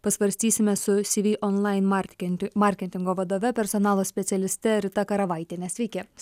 pasvarstysime su cv on lain marketin marketingo vadove personalo specialiste rita karavaitienė sveiki